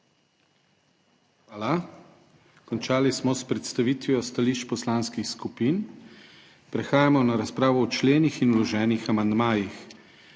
Hvala. Končali smo s predstavitvijo stališč poslanskih skupin. Prehajamo na razpravo o členih in vloženih amandmajih